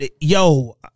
yo